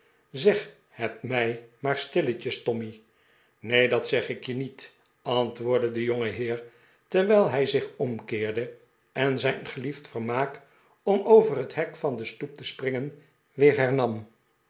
zeg het mij maar stilletjes tommy neen dat zeg ik je niet antwoordde de jongeheer terwijl hij zich omkeerde en zijn geliefd vermaak om over het hek van de stoep te springen weer